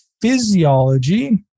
physiology